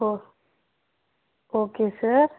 O okay sir